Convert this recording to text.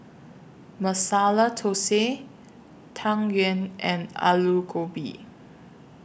Masala Thosai Tang Yuen and Aloo Gobi